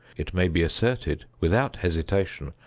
it may be asserted, without hesitation,